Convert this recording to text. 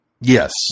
Yes